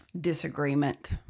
Disagreement